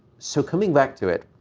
so coming back to it,